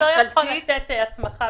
משרד האוצר לא יכול לתת הסמכה